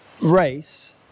race